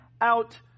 out